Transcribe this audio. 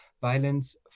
violence